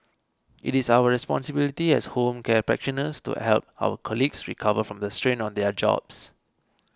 it is our responsibility as home care practitioners to help our colleagues recover from the strain of their jobs